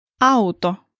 auto